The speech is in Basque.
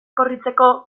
korritzeko